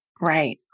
Right